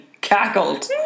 cackled